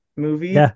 Movie